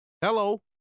Hello